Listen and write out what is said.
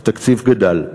התקציב גדל.